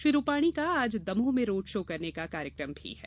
श्री रूपाणी आज दमोह में road show करने का कार्यक्रम भी है